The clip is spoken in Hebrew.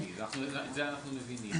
את זה אנחנו מבינים.